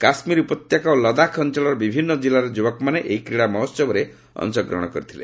କାଶ୍ମୀର ଉପତ୍ୟକା ଓ ଲଦାଖ ଅଞ୍ଚଳର ବିଭିନ୍ନ ଜିଲ୍ଲାର ଯୁବକମାନେ ଏହି କ୍ରୀଡ଼ା ମହୋହବରେ ଅଂଶଗ୍ରହଣ କରିଥିଲେ